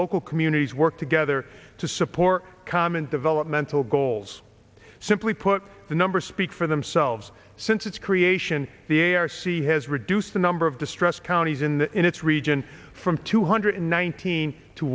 local communities work together to support common developmental goals simply put the numbers speak for themselves since its creation the a r c has reduced the number of distressed counties in the in its region from two hundred nineteen to